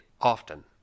often